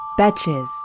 Betches